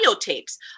tapes